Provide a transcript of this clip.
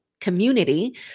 community